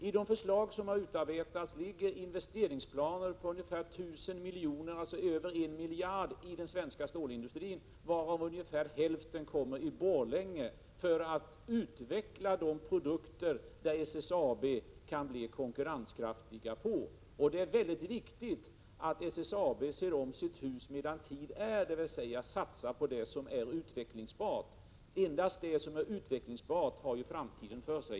I de förslag som utarbetats ingår investeringsplaner på ungefär 1 000 miljoner, över 1 miljard, i den svenska stålindustrin, varav ungefär hälften i Borlänge för att utveckla de produkter där SSAB kan bli konkurrenskraftigt. Det är viktigt att SSAB ser om sitt hus medan tid är, dvs. att man satsar på utvecklingsbara produkter. Endast det som är utvecklingsbart har ju framtiden för sig.